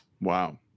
wow